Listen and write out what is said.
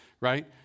right